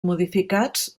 modificats